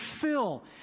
fill